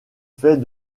fait